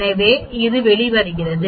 எனவே இது வெளிவருகிறது 1